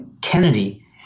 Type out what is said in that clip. Kennedy